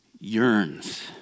yearns